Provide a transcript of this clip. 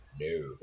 No